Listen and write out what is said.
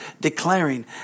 declaring